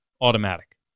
automatic